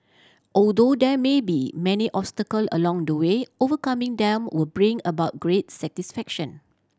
although there may be many obstacle along the way overcoming them will bring about great satisfaction